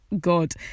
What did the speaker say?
God